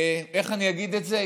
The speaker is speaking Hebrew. איך אני אגיד את זה?